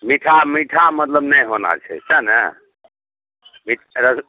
मीठा मीठा मतलब नहि होना छै सएह ने भिक्स